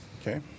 Okay